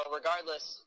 regardless